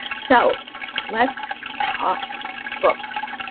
so let's talk books.